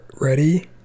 ready